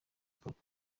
gikorwa